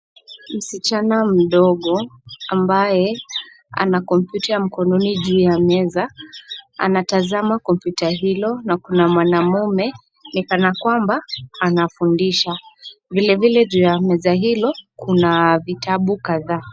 Msichana mdogo ambaye ana kompyuta ya mkononi juu ya meza anatazama kompyuta hilo na kuna mwanamume anaonekana kwamba anafundisha. Vilevile juu ya meza hilo kuna vitavu kadhaa.